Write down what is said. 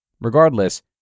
Regardless